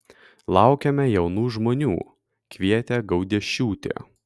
laukiame jaunų žmonių kvietė gaudiešiūtė